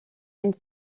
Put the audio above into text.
une